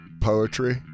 poetry